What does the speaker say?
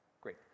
Great